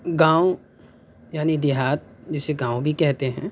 گاؤں یعنی دیہات جسے گاؤں بھی کہتے ہیں